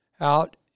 out